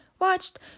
watched